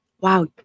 wow